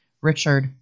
Richard